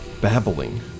babbling